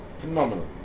Phenomenal